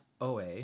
Oa